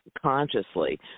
consciously